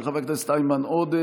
של חבר הכנסת איימן עודה,